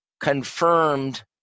confirmed